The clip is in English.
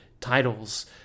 titles